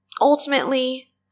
ultimately